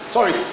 Sorry